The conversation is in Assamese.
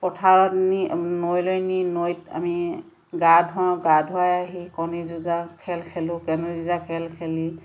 পথাৰত নৈ লৈ নি নৈত আমি গা ধোৱাওঁ গা ধোৱাই আহি কণী যুঁজা খেল খেলোঁ কাণই যুঁজাৰ খেল খেলি